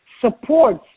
supports